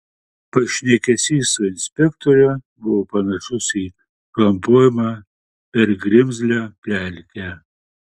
pašnekesys su inspektore buvo panašus į klampojimą per grimzlią pelkę